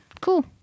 Cool